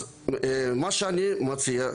אז מה שאני מציע,